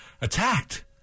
attacked